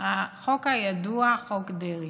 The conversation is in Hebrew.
החוק הידוע כחוק דרעי,